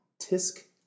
tisk